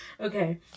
Okay